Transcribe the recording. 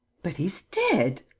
but he's dead!